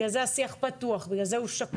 בגלל זה השיח פתוח, בגלל זה שהוא שקוף.